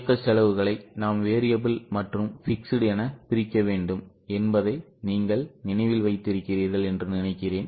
இயக்க செலவுகளை நாம் variable மற்றும் fixed என பிரிக்க வேண்டும் என்பதை நீங்கள் நினைவில் வைத்திருக்கிறீர்கள் என்று நினைக்கிறேன்